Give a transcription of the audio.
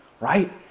right